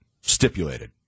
stipulated